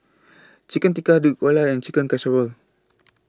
Chicken Tikka Dhokla and Chicken Casserole